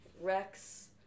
Rex